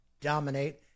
dominate